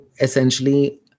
Essentially